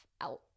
out